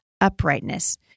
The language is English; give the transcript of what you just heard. uprightness